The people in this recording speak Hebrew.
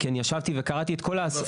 כי אני ישבתי וקראתי את כל ההשגות.